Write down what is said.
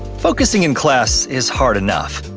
focusing in class is hard enough,